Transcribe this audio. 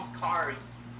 cars